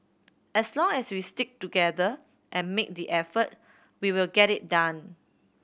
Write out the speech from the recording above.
as long as we stick together and make the effort we will get it done